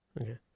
Okay